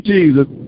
Jesus